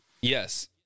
Yes